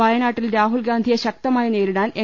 വയനാട്ടിൽ രാഹുൽഗാ ന്ധിയെ ശക്തമായി നേരിടാൻ എൻ